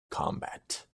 combat